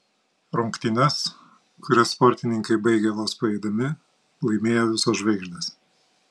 rungtynes kurias sportininkai baigė vos paeidami laimėjo visos žvaigždės